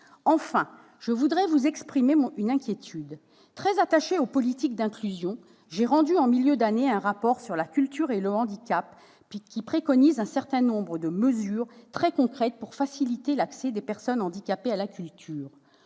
Je voudrais enfin exprimer une inquiétude. Très attachée aux politiques d'inclusion, j'ai rendu en milieu d'année un rapport sur la culture et le handicap et préconisé, dans ce cadre, un certain nombre de mesures très concrètes pour faciliter l'accès des personnes handicapées à la culture.